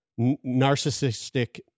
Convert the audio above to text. narcissistic